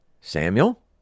Samuel